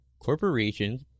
Corporations